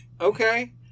Okay